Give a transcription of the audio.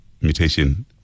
mutation